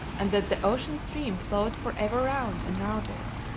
and that the ocean stream flowed for ever round and round it.